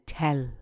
tell